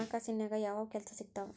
ಹಣಕಾಸಿನ್ಯಾಗ ಯಾವ್ಯಾವ್ ಕೆಲ್ಸ ಸಿಕ್ತಾವ